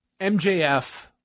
MJF